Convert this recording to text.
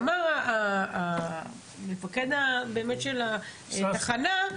ואמר מפקד התחנה,